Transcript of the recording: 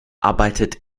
arbeitet